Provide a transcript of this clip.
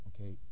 Okay